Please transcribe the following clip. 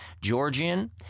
Georgian